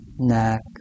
neck